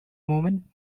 moment